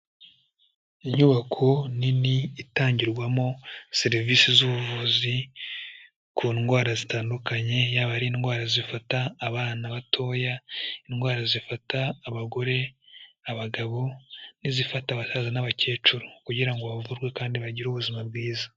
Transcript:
Inyubako nini, itangirwamo serivisi z'ubuvuzi ku ndwara zitandukanye, yaba ari indwara zifata abana batoya, indwara zifata abagore, abagabo n'izifata abasaza n'abakecuru kugira ngo bavurwe kandi bagire ubuzima bwiza.